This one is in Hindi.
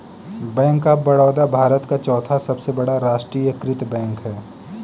बैंक ऑफ बड़ौदा भारत का चौथा सबसे बड़ा राष्ट्रीयकृत बैंक है